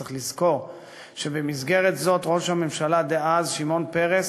צריך לזכור שבמסגרת זאת ראש הממשלה דאז שמעון פרס